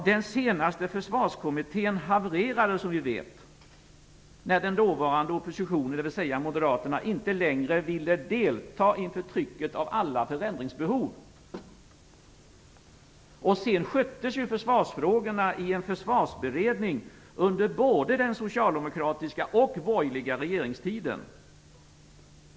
Den senaste försvarskommittén havererade, som vi vet, när den dåvarande oppositionen, dvs. moderaterna, inte längre ville delta inför trycket av alla förändringsbehov. Sedan sköttes försvarsfrågorna i en försvarsberedning under både den socialdemokratiska och den borgerliga regeringstiden.